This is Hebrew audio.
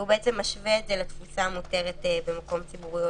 והוא משווה את זה לתפוסה המותרת במקום ציבורי או